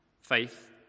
faith